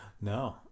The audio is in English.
No